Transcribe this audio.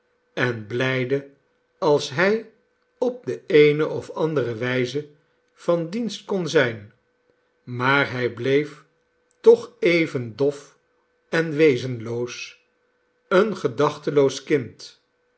en blijde als hij op de eene of andere wijzo van dienst kon zijn maar hij bleef toch even dof en wezenloos een gedachteloos kind